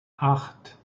acht